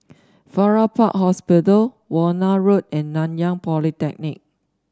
Farrer Park Hospital Warna Road and Nanyang Polytechnic